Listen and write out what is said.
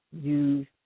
use